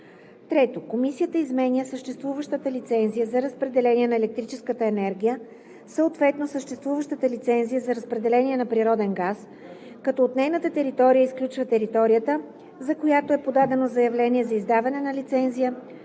(3) Комисията изменя съществуваща лицензия за разпределение на електрическа енергия, съответно съществуваща лицензия за разпределение на природен газ, като от нейната територия изключва територията, за която е подадено заявление за издаване на лицензия